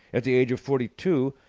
at the age of forty-two,